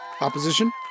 Opposition